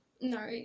No